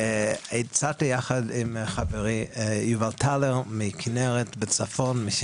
הצעתי יחד עם חברי יובל טלר מכנרת בצפון.